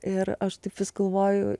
ir aš taip vis galvoju